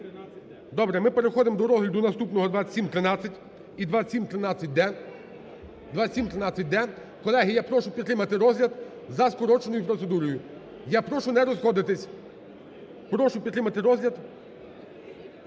Добре, ми переходимо до розгляду наступного 2713 і 2713-д. 2713-д. Колеги, я прошу підтримати розгляд за скороченою процедурою. Я прошу не розходитись, прошу підтримати розгляд…